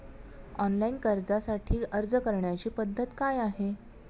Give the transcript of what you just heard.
Online कर्जासाठी अर्ज करण्याची पद्धत काय आहे?